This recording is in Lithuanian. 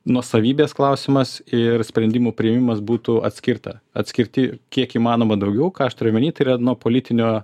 nuosavybės klausimas ir sprendimų priėmimas būtų atskirta atskirti kiek įmanoma daugiau ką aš turiu omeny tai yra nuo politinio